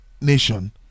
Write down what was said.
nation